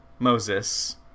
Moses